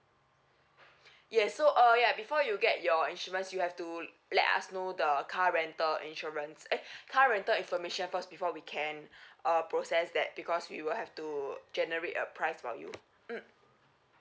yes so oh ya before you get your insurance you have to let us know the car rental insurance eh car rental information first before we can uh process that because we will have to generate a price for you mm